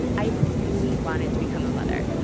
i really wanted to become a mother.